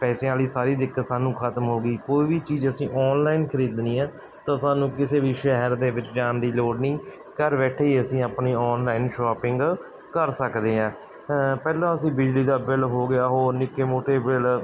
ਪੈਸਿਆ ਵਾਲੀ ਸਾਰੀ ਦਿੱਕਤ ਸਾਨੂੰ ਖਤਮ ਹੋ ਗਈ ਕੋਈ ਵੀ ਚੀਜ਼ ਅਸੀਂ ਆਨਲਾਈਨ ਖਰੀਦਣੀ ਹੈ ਤਾਂ ਸਾਨੂੰ ਕਿਸੇ ਵੀ ਸ਼ਹਿਰ ਦੇ ਵਿੱਚ ਜਾਣ ਦੀ ਲੋੜ ਨਹੀਂ ਘਰ ਬੈਠੇ ਹੀ ਅਸੀਂ ਆਪਣੀ ਆਨਲਾਈਨ ਸ਼ੋਪਿੰਗ ਕਰ ਸਕਦੇ ਹਾਂ ਪਹਿਲਾਂ ਅਸੀਂ ਬਿਜਲੀ ਦਾ ਬਿੱਲ ਹੋ ਗਿਆ ਹੋਰ ਨਿੱਕੇ ਮੋਟੇ ਬਿੱਲ